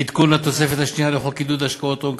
עדכון התוספת השנייה לחוק לעידוד השקעות הון,